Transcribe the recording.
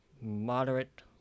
moderate